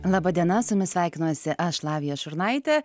laba diena su jumis sveikinuosi aš lavija šurnaitė